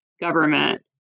government